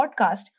podcast